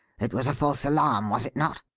it was a false alarm, was it not?